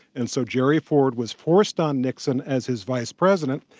and so gerry ford was forced on nixon as his vice president.